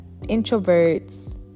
introverts